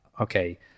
okay